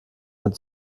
mit